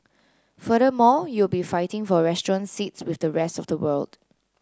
furthermore you will be fighting for restaurant seats with the rest of the world